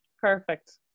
perfect